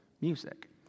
music